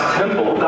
temple